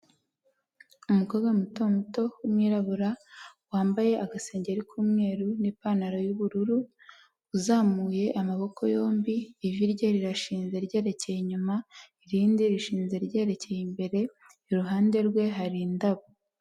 Umukobwa muto muto w'umwirabura wambaye agasengeri k'umweru n'ipantaro y'ubururu uzamuye amaboko yombi, ivi rye rirashinze ryerekeye inyuma, irindi rishinze ryerekeye imbere, iruhande rwe hari indabo.